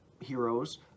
heroes